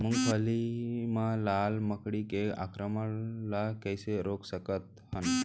मूंगफली मा लाल मकड़ी के आक्रमण ला कइसे रोक सकत हन?